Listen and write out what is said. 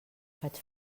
faig